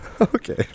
Okay